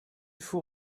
faut